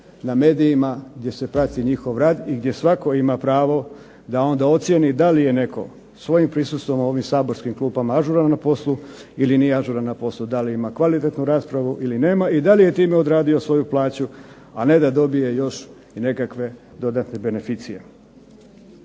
na medijima, gdje se prati njihov rad i gdje svatko ima pravo da ocijeni da li je netko svojim prisustvom u ovim saborskim klupama ažuran na poslu ili nije ažuran na poslu, da li ima kvalitetnu raspravu ili nema i da li je time odradio svoju plaću a ne da dobije još nekakve dodatne beneficije.